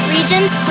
Regions